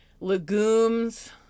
Legumes